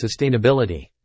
sustainability